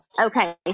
Okay